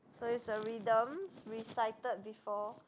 so it's a rhythm recited before